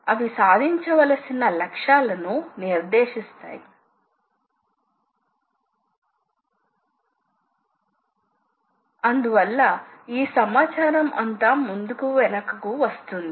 అయితే సాధనం కదలిక ఒక సైకిల్ పూర్తి అయ్యే సమయానికి వర్క్ పీస్ యొక్క వ్యాసం తగ్గుతుంది